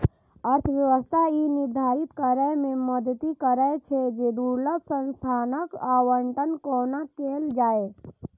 अर्थव्यवस्था ई निर्धारित करै मे मदति करै छै, जे दुर्लभ संसाधनक आवंटन कोना कैल जाए